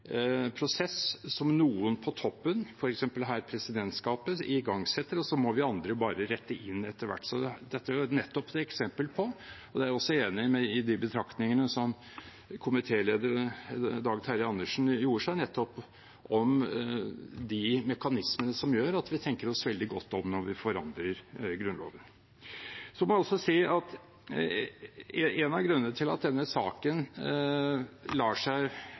prosess som noen på toppen, f.eks. her presidentskapet, igangsetter, og så må vi andre bare rette oss inn etter hvert. Dette er jo nettopp et eksempel på – og der er jeg også enig i de betraktningene som komitéleder Dag Terje Andersen gjorde seg – de mekanismene som gjør at vi tenker oss veldig godt om når vi forandrer Grunnloven. Jeg må også si at en av grunnene til at denne saken helt sikkert lar seg